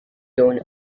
gone